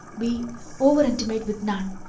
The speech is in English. be over-intimate with none,